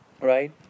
right